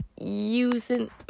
using